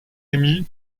émis